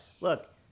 Look